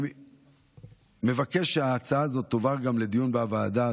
אני מבקש שההצעה הזאת תועבר לדיון בוועדה,